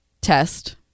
test